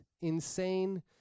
insane